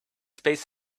space